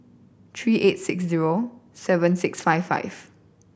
three eight six zero seven six five five